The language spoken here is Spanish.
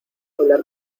hablar